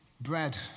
bread